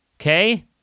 Okay